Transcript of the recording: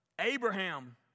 Abraham